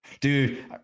dude